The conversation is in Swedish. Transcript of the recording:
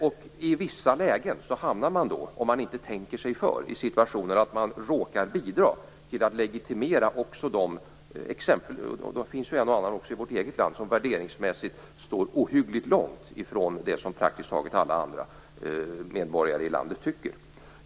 Om man inte tänker sig för i vissa lägen kan man hamna i situationer där man råkar bidra till att legitimera - det finns ju också en och annan i vårt eget land - sådana personer som värderingsmässigt står ohyggligt långt ifrån det som praktiskt taget alla andra medborgare i landet anser.